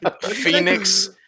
Phoenix –